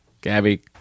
Gabby